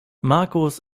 markus